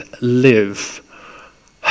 live